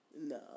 No